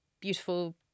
beautiful